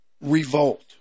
Revolt